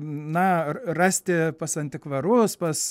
na rasti pas antikvarus pas